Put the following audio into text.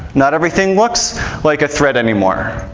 not everything looks like a threat any more.